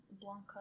Blanca